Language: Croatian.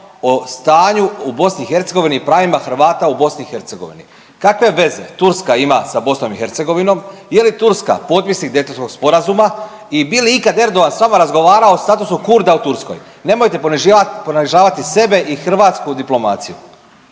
o stanju u BiH i pravima Hrvata u BiH. Kakve veze Turska ima sa BiH? Je li Turska potpisnik Daytonskog sporazuma i bi li ikad Erdogan s vama o statusu Kurda u Turskoj? Nemojte poniživat, ponižavati sebe i hrvatsku diplomaciju.